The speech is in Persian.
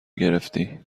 گرفتی